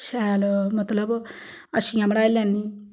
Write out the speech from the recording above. शैल मतलब अच्छियां बनाई लैन्नी